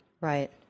Right